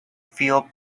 feel